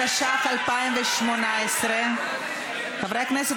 התשע"ח 2018. חברי הכנסת,